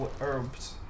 herbs